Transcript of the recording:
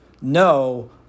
no